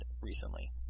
recently